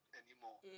anymore